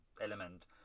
element